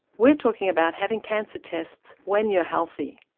we're talking about having cancer tests when you're healthy.